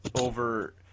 over